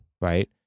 right